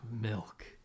milk